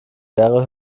leere